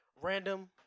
Random